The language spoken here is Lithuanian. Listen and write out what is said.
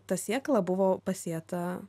ta sėkla buvo pasėta